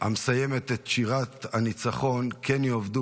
המסיימת את שירת הניצחון: "כן יאבדו